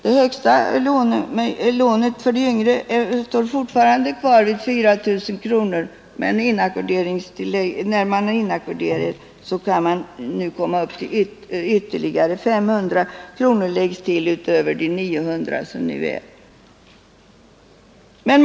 Det högsta lånet för de yngre står fortfarande kvar vid 4 000 kronor, men den som är inackorderad kan komma upp till ytterligare 500 kronor utöver nuvarande 900 kronors tillägg.